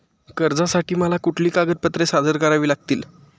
कर्जासाठी मला कुठली कागदपत्रे सादर करावी लागतील?